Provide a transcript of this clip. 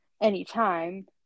anytime